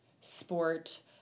sport